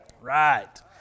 Right